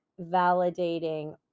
validating